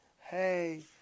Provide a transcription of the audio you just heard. Hey